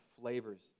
flavors